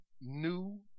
new